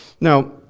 now